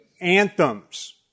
Anthems